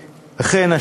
אכן,